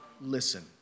listen